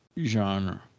genre